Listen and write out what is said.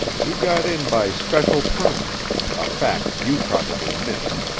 we got in by special permit a fact you probably missed.